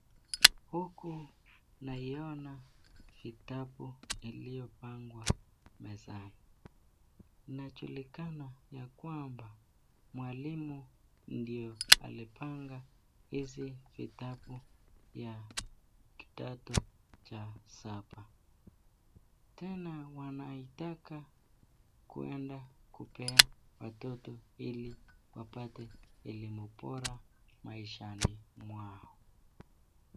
Huku naiona vitabu iliyopangwa mezani, inajulikana ya kwamba mwalimu ndio alipanga hizi vitabu ya kidato cha saba, tena wanaitaka kwenda kupea watoto ili wapate elimu bora maishani mwao.